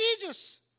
Jesus